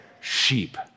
sheep